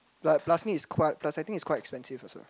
but plus I think it's quite expensive also